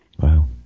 Wow